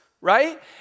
right